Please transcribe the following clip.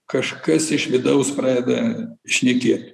kažkas iš vidaus pradeda šnekėti